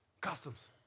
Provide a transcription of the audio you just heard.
Customs